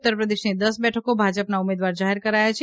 ઉત્તરપ્રદેશની દસ બેઠકો ભાજપના ઉમેદવાર જાહેર કરાયા છે